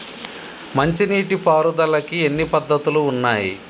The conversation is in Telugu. మంచి నీటి పారుదలకి ఎన్ని పద్దతులు ఉన్నాయి?